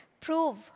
prove